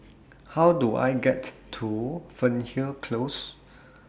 How Do I get to Fernhill Close